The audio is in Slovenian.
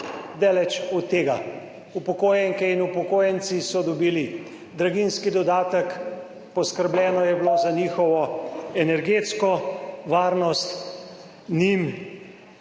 Daleč od tega. Upokojenke in upokojenci so dobili draginjski dodatek, poskrbljeno je bilo za njihovo energetsko varnost, njim